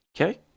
Okay